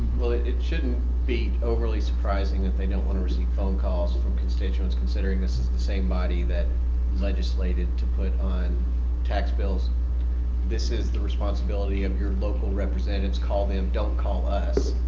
well it it shouldn't be overly surprising that they don't want to receive phone calls from constituents considering this is the same body that legislated to put on tax bills this is the responsibility of your local representatives call them don't call us.